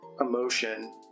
emotion